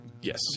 Yes